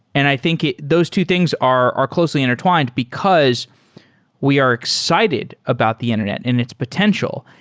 and i think those two things are are closely intertwined, because we are excited about the internet and its potential,